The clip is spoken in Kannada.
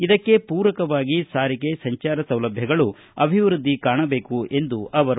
ಇದಕ್ಕೆ ಪೂರಕವಾಗಿ ಸಾರಿಗೆ ಸಂಚಾರ ಸೌಲಭ್ಞಗಳು ಅಭಿವೃದ್ದಿ ಕಾಣಬೇಕು ಎಂದರು